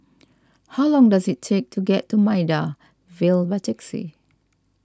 how long does it take to get to Maida Vale by taxi